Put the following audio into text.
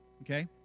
Okay